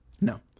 No